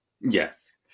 Yes